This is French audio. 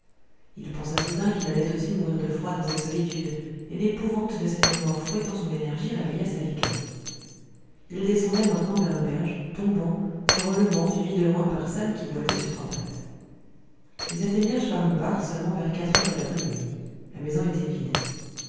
il pensa soudain qu'il allait aussi mourir de froid dans cette solitude et l'épouvante de cette mort fouettant son énergie réveilla sa vigueur il descendait maintenant vers l'auberge tombant se relevant suivi de loin par sam qui boitait sur trois pattes ils atteignirent schwarenbach seulement vers quatre heures de l'après-midi la maison était vide